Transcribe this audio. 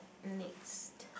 next